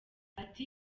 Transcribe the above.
ati